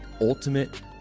ultimate